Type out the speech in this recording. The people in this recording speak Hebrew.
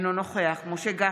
אינו נוכח משה גפני,